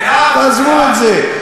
תעזבו את זה.